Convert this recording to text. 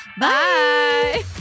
Bye